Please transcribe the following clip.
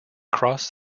cross